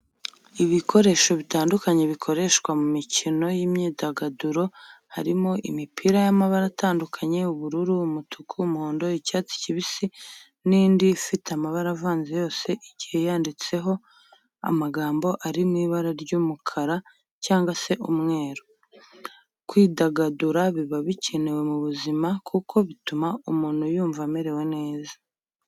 Ibikoresho bitandukanye bikoreshwa mu mikino n'imyidagaduro, harimo imipira y'amabara atandukanye ubururu, umutuku, umuhondo, icyatsi kibisi n'indi ifite amabara avanze yose igiye yanditseho amagambo ari mw'ibara ry'umukara cyangwa se umweru, kwidagadura biba bikenewe mu buzima kuko bituma umuntu yumva amerewe neza